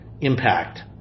impact